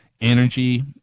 energy